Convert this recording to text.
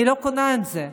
אני לא קונה את זה.